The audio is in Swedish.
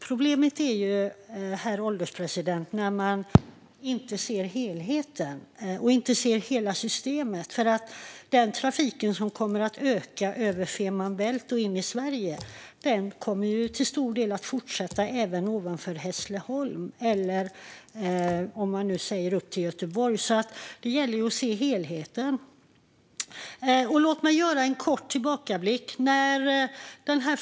Problemet, herr ålderspresident, är när man inte ser helheten och hela systemet. Den trafik som kommer att öka över Fehmarn Bält och in i Sverige kommer till stor del att fortsätta även ovanför Hässleholm eller upp till Göteborg. Det gäller alltså att se helheten. Jag vill göra en kort tillbakablick.